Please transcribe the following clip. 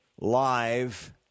live